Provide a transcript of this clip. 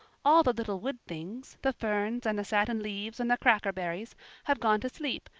all the little wood things the ferns and the satin leaves and the crackerberries have gone to sleep,